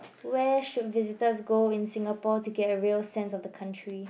where should visitors go in Singapore to get a real sense of the country